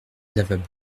lavabo